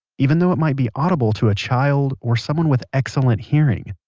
even though it might be audible to a child or someone with excellent hearing.